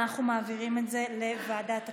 אנחנו מעבירים את זה לוועדת הכנסת.